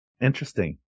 interesting